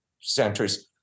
centers